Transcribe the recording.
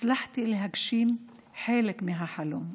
הצלחתי להגשים חלק מהחלום,